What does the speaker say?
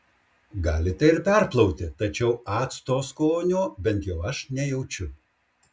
galite ir perplauti tačiau acto skonio bent jau aš nejaučiu